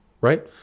right